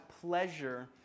pleasure